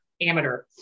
amateur